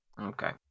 Okay